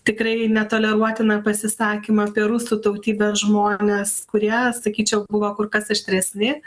tikrai netoleruotiną pasisakymą apie rusų tautybės žmones kurie sakyčiau buvo kur kas aštresni